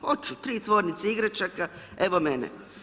Hoću 3 tvornice igračaka, evo mene.